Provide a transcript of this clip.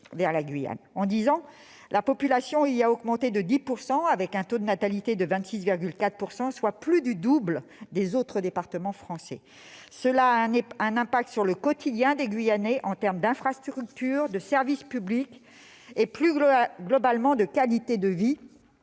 En dix ans, la population y a augmenté de 10 %, avec un taux de natalité de 26,4 ‰, soit plus du double des autres départements français. Cela a des conséquences sur le quotidien des Guyanais en termes d'infrastructures, de services publics et plus globalement de qualité de vie.